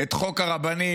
את חוק הרבנים,